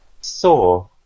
saw